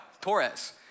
Torres